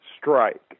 strike